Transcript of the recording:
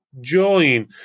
join